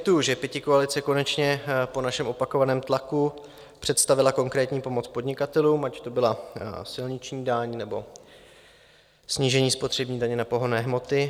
Já samozřejmě kvituji, že pětikoalice konečně po našem opakovaném tlaku představila konkrétní pomoc podnikatelům, ať to byla silniční daň, nebo snížení spotřební daně na pohonné hmoty.